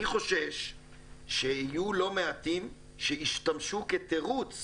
אני חושש שיהיו לא מעטים שישתמשו כתירוץ